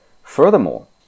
Furthermore